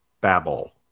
babble